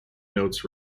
notes